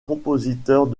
compositeurs